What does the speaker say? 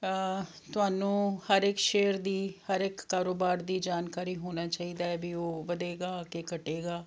ਤੁਹਾਨੂੰ ਹਰ ਇੱਕ ਸ਼ੇਅਰ ਦੀ ਹਰ ਇੱਕ ਕਾਰੋਬਾਰ ਦੀ ਜਾਣਕਾਰੀ ਹੋਣੀ ਚਾਹੀਦੀ ਹੈ ਵੀ ਉਹ ਵਧੇਗਾ ਕਿ ਘਟੇਗਾ